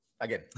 again